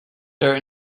dirt